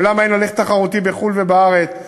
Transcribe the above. ולמה אין הליך תחרותי בחו"ל ובארץ,